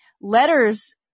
letters